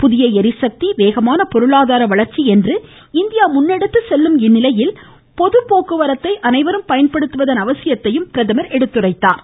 புதிய ளிசக்தி வேகமான பொருளாதார வளர்ச்சி என்று இந்தியா முன்னெடுத்து செல்லும் இந்நிலையில் பொது போக்குவரத்தை அனைவரும் பயன்படுத்துவதன் அவசியத்தையும் பிரதமர் சுட்டிக்காட்டினார்